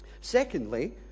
Secondly